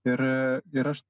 ir ir aš